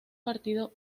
partido